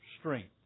strength